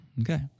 Okay